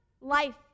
life